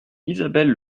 isabelle